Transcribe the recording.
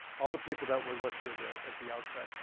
all the people that were listed at the outset,